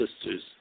sisters